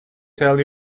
tell